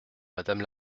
madame